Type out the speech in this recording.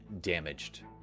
damaged